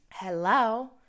Hello